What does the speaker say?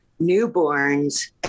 Newborns